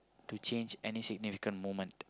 to change any significant moment